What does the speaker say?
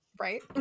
right